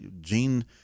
Gene